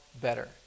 better